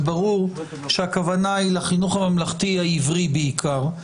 וברור שהכוונה היא לחינוך הממלכתי העברי בעיקר,